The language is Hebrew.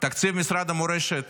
תקציב משרד המורשת